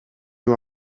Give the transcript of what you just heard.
you